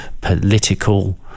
political